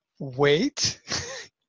wait